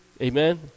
amen